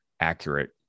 accurate